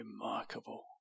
remarkable